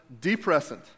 depressant